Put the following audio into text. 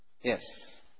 Yes